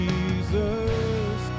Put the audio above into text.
Jesus